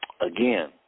Again